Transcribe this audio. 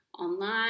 online